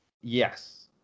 Yes